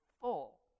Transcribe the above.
full